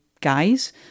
guys